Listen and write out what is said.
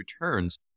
returns